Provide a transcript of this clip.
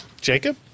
Jacob